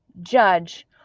judge